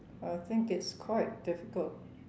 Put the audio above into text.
I think it's quite difficult